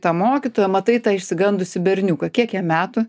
tą mokytoją matai tą išsigandusį berniuką kiek jam metų